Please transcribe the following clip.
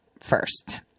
first